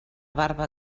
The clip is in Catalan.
barba